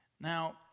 Now